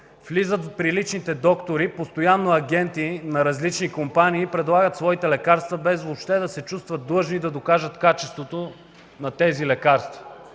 влизат при личните доктори постоянно агенти на различни компании и предлагат своите лекарства, без дори да се чувстват длъжни да докажат качеството на тези лекарства.